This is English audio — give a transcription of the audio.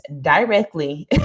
directly